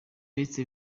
best